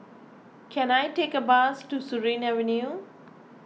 can I take a bus to Surin Avenue